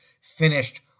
finished